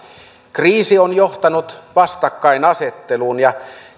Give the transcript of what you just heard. kriisi on johtanut vastakkainasetteluun ja